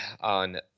on